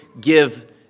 give